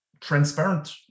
Transparent